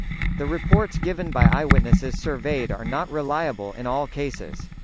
the reports given by eyewitnesses surveyed are not reliable in all cases.